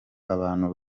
abantu